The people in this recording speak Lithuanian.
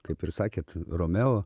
kaip ir sakėt romeo